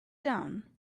down